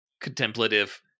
contemplative